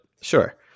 Sure